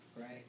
right